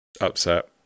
upset